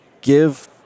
give